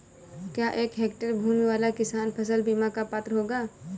क्या एक हेक्टेयर भूमि वाला किसान फसल बीमा का पात्र होगा?